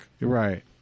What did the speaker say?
right